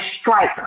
strike